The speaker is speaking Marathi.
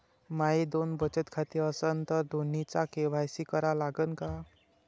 माये दोन बचत खाते असन तर दोन्हीचा के.वाय.सी करा लागन का?